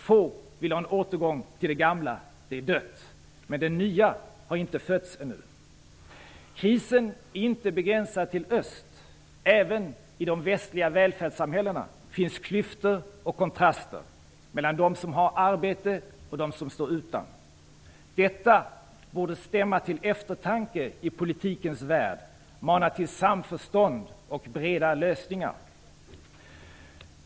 Få vill ha en återgång till det gamla -- det är dött. Men det nya har inte fötts ännu. Krisen är inte begränsad till öst. Även i de västliga välfärdssamhällena finns klyftor och kontraster mellan dem som har arbete och dem som står utan. Detta borde stämma till eftertanke i politikens värld och mana till samförstånd och breda lösningar. Fru talman!